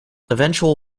eventual